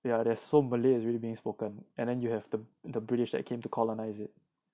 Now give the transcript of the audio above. ya there's so malay is already being spoken and then you have the the british that came to colonise it